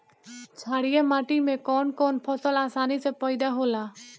छारिया माटी मे कवन कवन फसल आसानी से पैदा होला?